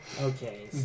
Okay